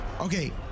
Okay